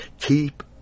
Keep